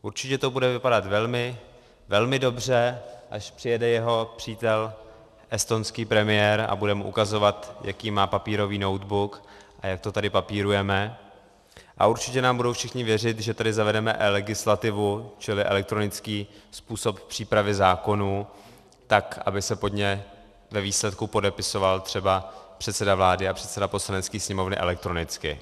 Určitě to bude vypadat velmi, velmi dobře, až přijede jeho přítel estonský premiér a bude mu ukazovat, jaký má papírový notebook a jak to tady papírujeme, a určitě nám budou všichni věřit, že tady zavedeme elegislativu, čili elektronický způsob přípravy zákonů, tak aby se pod ně ve výsledku podepisoval třeba předseda vlády a předseda Poslanecké sněmovny elektronicky.